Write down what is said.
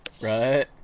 Right